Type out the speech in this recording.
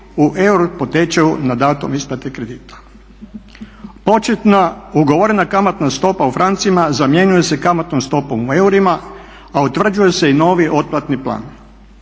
u euro po tečaju na datum isplate kredita. Početna ugovorena kamatna stopa u francima zamjenjuje se kamatnom stopom u eurima, a utvrđuje se i novi otplatni plan.